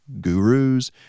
gurus